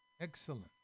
Excellent